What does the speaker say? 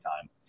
time